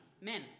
Men